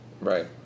Right